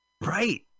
Right